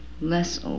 less